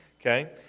okay